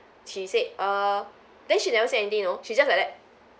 she said err then she never say anything you know she just like that